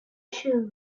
shoes